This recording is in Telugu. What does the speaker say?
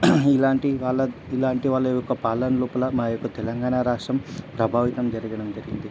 ఇలాంటి వాళ్ళ ఇలాంటి వాళ్ళ యొక్క పాలన లోపల మా యొక్క తెలంగాణా రాష్ట్రం ప్రభావితం జరగడం జరిగింది